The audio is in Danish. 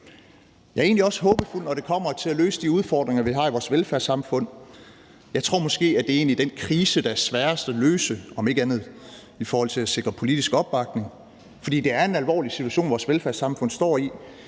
Jeg er egentlig også håbefuld, når det kommer til at løse de udfordringer, vi har i vores velfærdssamfund. Jeg tror måske, at det egentlig er den krise, der er sværest at løse – om ikke andet så i forhold til at sikre politisk opbakning – for det er en alvorlig situation, vores velfærdssamfund står i.